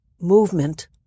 movement